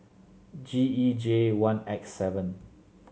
G E J one X seven